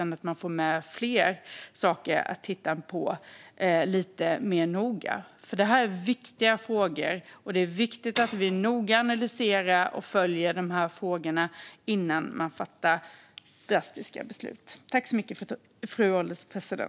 Nu får man med fler saker att titta på lite mer noga. Detta är viktiga frågor. Det är viktigt att noga analysera och följa dem innan man fattar drastiska beslut. Jag tackar för debatten.